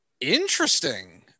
interesting